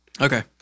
Okay